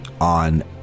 on